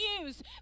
news